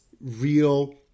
real